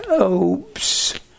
Oops